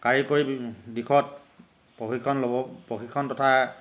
কাৰিকৰী দিশত প্ৰশিক্ষণ ল'ব প্ৰশিক্ষণ তথা